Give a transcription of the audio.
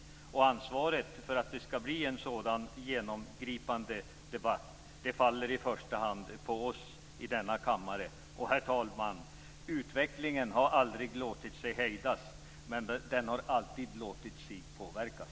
Ansvaret för att det skall bli en sådan genomgripande debatt faller i första hand på oss i denna kammare. Herr talman! Utvecklingen har aldrig låtit sig hejdas, men den har alltid låtit sig påverkas.